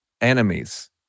enemies